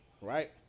right